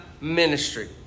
ministry